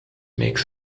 makes